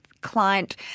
client